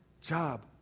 job